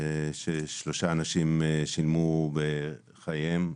ששלושה אנשים שילמו בחייהם.